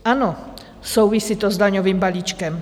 Ano, souvisí to s daňovým balíčkem.